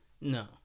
No